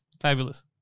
fabulous